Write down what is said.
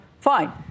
fine